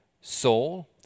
soul